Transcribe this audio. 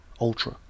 Ultra